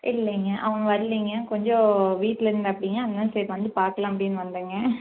இல்லைங்க அவன் வர்லைங்க கொஞ்சம் வீட்டில் இருந்தாப்பிடிங்க அதனால் சரி வந்து பார்க்கலாம் அப்படின்னு வந்தேங்க